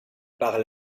par